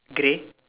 grey